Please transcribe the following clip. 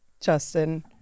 Justin